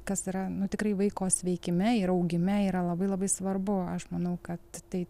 kas yra nu tikrai vaiko sveikime ir augime yra labai labai svarbu aš manau kad tai